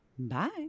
Bye